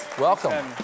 Welcome